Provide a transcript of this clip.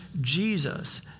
Jesus